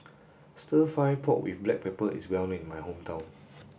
stir fry pork with black pepper is well known in my hometown